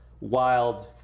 wild